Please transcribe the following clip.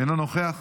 אינו נוכח.